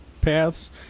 paths